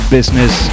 business